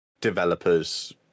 developers